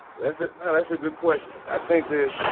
that's a no, that's a good question. i think that